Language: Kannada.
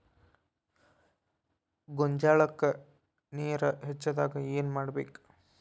ಗೊಂಜಾಳಕ್ಕ ನೇರ ಹೆಚ್ಚಾದಾಗ ಏನ್ ಮಾಡಬೇಕ್?